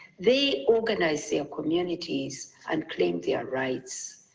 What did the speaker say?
they organise their communities and claim their rights.